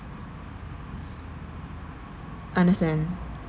understand